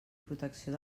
protecció